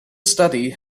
study